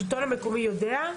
השלטון המקומי יודע?